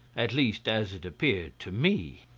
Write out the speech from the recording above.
at least as it appeared to me.